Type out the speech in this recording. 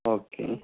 okay